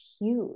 huge